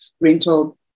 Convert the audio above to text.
rental